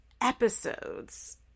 Episodes